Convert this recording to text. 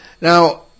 Now